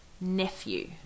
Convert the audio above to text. nephew